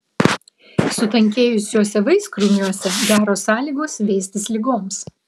sutankėjusiuose vaiskrūmiuose geros sąlygos veistis ligoms